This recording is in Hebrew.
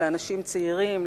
לאנשים צעירים,